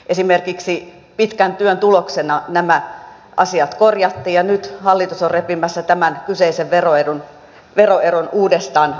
esimerkiksi pitkän työn tuloksena nämä asiat korjattiin ja nyt hallitus on repimässä tämän kyseisen veroedun uudestaan auki